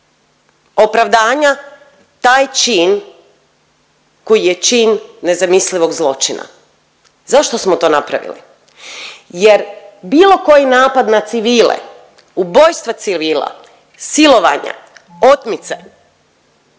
opravdanja taj čin koji je čin nezamislivog zločina. Zašto smo to napravili? Jer bilo koji napad na civile, ubojstva civila, silovanja, otmice